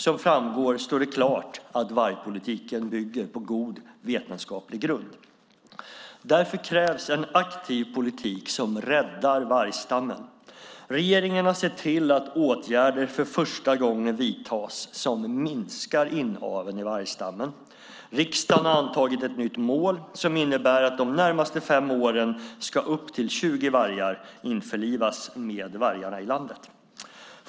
Som framgår står det klart att vargpolitiken bygger på god vetenskaplig grund. Därför krävs en aktiv politik som räddar vargstammen. Regeringen har sett till att åtgärder för första gången vidtas som minskar inaveln i vargstammen. Riksdagen har antagit ett nytt mål som innebär att de närmaste fem åren ska upp till 20 vargar införlivas med vargarna i landet.